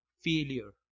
failure